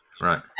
right